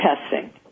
testing